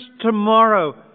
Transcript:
tomorrow